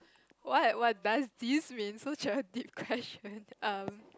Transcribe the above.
what what does this mean such a deep question um